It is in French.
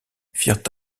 firent